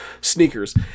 sneakers